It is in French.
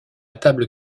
table